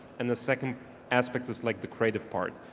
and the second aspect is like the creative part,